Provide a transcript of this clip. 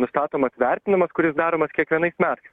nustatomas vertinimas kuris daromas kiekvienais metais